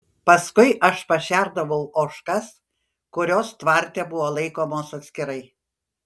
paskui aš pašerdavau ožkas kurios tvarte buvo laikomos atskirai